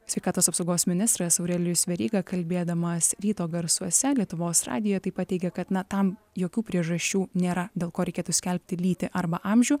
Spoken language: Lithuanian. sveikatos apsaugos ministras aurelijus veryga kalbėdamas ryto garsuose lietuvos radijuj taip pat teigė kad na tam jokių priežasčių nėra dėl ko reikėtų skelbti lytį arba amžių